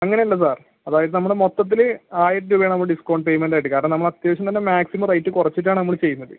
അങ്ങനെ അല്ല സാർ അതായത് നമ്മൾ മൊത്തത്തിൽ ആയിരം രൂപയാണ് നമ്മൾ ഡിസ്കൗണ്ട് പേയ്മെൻറ് ആയിട്ട് കാരണം നമ്മൾ അത്യാവശ്യം നല്ല മാക്സിമം റേറ്റ് കുറച്ചിട്ടാണ് നമ്മൾ ചെയ്യുന്നത്